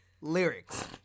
lyrics